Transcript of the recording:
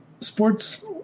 sports